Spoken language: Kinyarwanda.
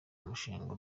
mushinga